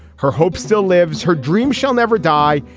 her hope still lives. her dream shall never die.